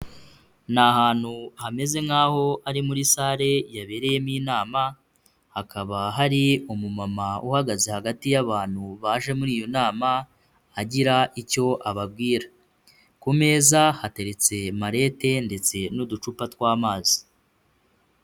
Ni ahantu hameze nkaho ari muri sale yabereyemo inama, hakaba hari umumama uhagaze hagati y'abantu baje muri iyo nama agira icyo ababwira. Ku meza hateretse marete ndetse n'uducupa tw'amazi.